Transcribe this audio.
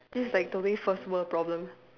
this is like totally first world problem